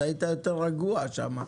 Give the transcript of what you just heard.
אתה היית יותר רגוע שם.